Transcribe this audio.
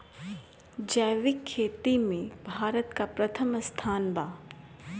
जैविक खेती में भारत का प्रथम स्थान बा